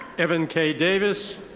evan k. davis.